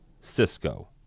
Cisco